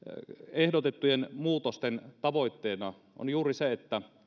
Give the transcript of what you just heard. ehdotettujen muutosten tavoitteena on juuri se että